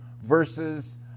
versus